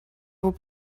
vous